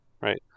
right